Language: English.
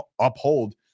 uphold